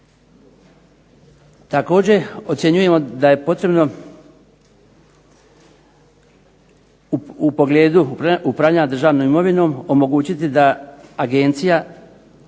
Također ocjenjujemo da je potrebno u pogledu upravljanja državnom imovinom omogućiti da agencija